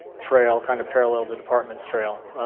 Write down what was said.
trail kind of paralleled the department's trail.